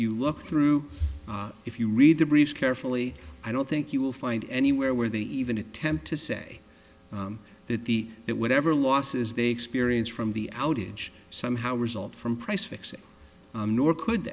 you look through if you read the briefs carefully i don't think you'll find anywhere where they even attempt to say that the that whatever losses they experience from the outage somehow result from prices nor could